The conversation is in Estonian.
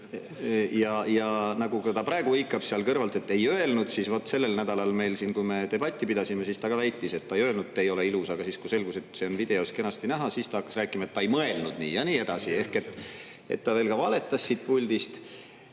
Ja nagu ta ka praegu hõikab sealt kõrvalt, et ei öelnud, siis vot sellel nädalal meil siin, kui me debatti pidasime, siis ta ka väitis, et ta ei öelnud, et te ei ole ilus, aga siis kui selgus, et see on videos kenasti näha, siis ta hakkas rääkima, et ta ei mõelnud nii ja nii edasi. Ehk et ta veel ka valetas siit puldist.